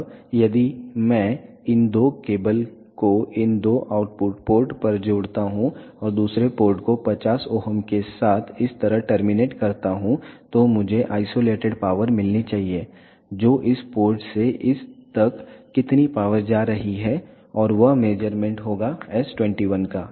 अब यदि मैं इन दो केबल को इन दो आउटपुट पोर्ट पर जोड़ता हूं और दूसरे पोर्ट को 50 ओहम के साथ इस तरह टर्मिनेट करता हूं तो मुझे आइसोलेटेड पॉवर मिलनी चाहिए जो इस पोर्ट से इस तक कितनी पावर जा रही है और वह मेज़रमेंट होगा S21का